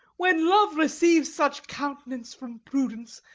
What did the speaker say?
when love receives such countenance from prudence,